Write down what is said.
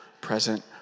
present